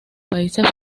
países